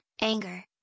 anger